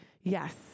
Yes